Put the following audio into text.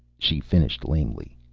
she finished lamely.